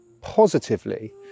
positively